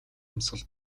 амьсгал